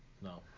no